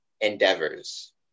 endeavors